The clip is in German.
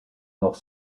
noch